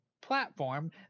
platform